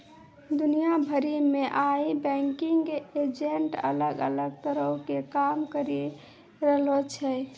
दुनिया भरि मे आइ बैंकिंग एजेंट अलग अलग तरहो के काम करि रहलो छै